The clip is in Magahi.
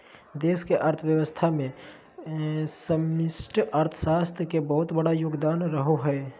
देश के अर्थव्यवस्था मे समष्टि अर्थशास्त्र के बहुत बड़ा योगदान रहो हय